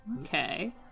Okay